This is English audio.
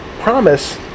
promise